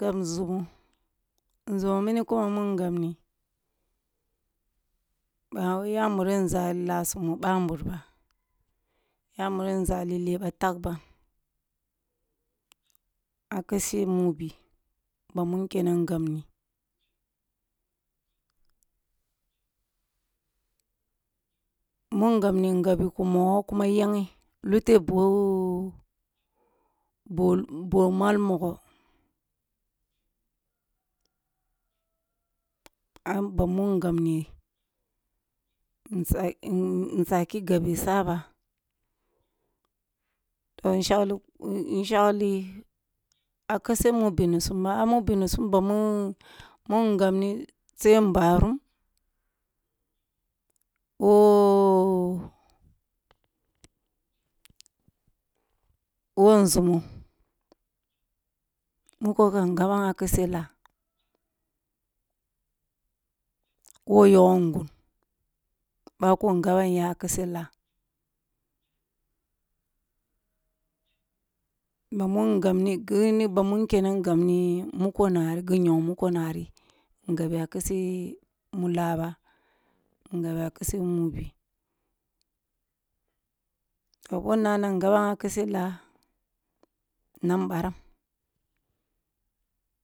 Gab nzumo, nzumo mini kum gamni ba wai ya muri nzali leh ye ya muri nzali leh ye tagban a keseh mubi bamu niceni gabni mun gabni ngabni ku mogoh kum nyeghe luto boh boh mal mogoh a bamu ngabniyi insaki gabi sa ba mu ngabniyi insaki gabi sa ba, toh in shagli a kaseh mubinisum ba a mubinisum bamu mun gabni sai nbarum, a kaseh lah who yoggoh ngun bako ngaban ya a kaseh la bamun gabni kiri ni bamun kenni gabni mukonani gi nyong gu mukonan ya kaseh mu la ban, gabi a keseh mubi toh boh nna ma ma ngaban a kaseh lah baran